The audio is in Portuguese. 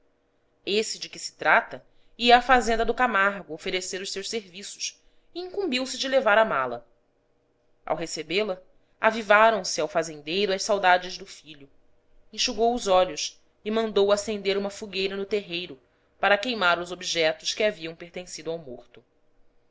esse de que se trata ia à fazenda do camargo oferecer os seus serviços e incumbiu se de levar a mala ao recebê-la avivaram se ao fazendeiro as saudades do filho enxugou os olhos e mandou acender uma fogueira no terreiro para queimar os objetos que haviam pertencido ao morto